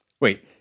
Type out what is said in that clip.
Wait